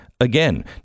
again